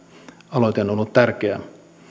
on ollut tärkeä